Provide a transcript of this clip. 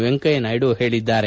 ವೆಂಕಯ್ಯ ನಾಯ್ಡು ಹೇಳಿದ್ದಾರೆ